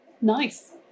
Nice